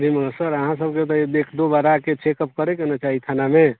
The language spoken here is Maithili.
जी हाँ सर अहाँ सबके एक दू बार आके चेकअप करैके ने चाही थानामे